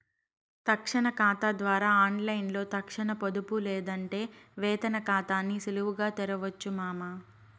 తక్షణ కాతా ద్వారా ఆన్లైన్లో తక్షణ పొదుపు లేదంటే వేతన కాతాని సులువుగా తెరవొచ్చు మామా